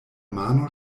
mano